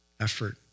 effort